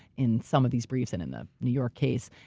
in some of these briefs and in the new york case,